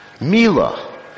Mila